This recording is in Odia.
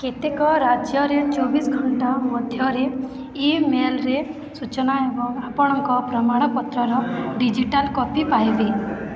କେତେକ ରାଜ୍ୟରେ ଚବିଶ ଘଣ୍ଟା ମଧ୍ୟରେ ଇମେଲ୍ରେ ସୂଚନା ଏବଂ ଆପଣଙ୍କ ପ୍ରମାଣପତ୍ରର ଡିଜିଟାଲ୍ କପି ପାଇବେ